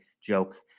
joke